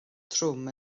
trwm